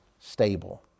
stable